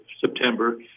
September